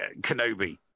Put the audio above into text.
Kenobi